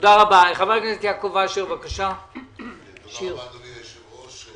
רבה אדוני היושב-ראש.